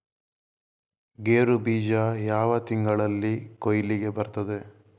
ಗೇರು ಬೀಜ ಯಾವ ತಿಂಗಳಲ್ಲಿ ಕೊಯ್ಲಿಗೆ ಬರ್ತದೆ?